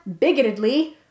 bigotedly